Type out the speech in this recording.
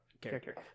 character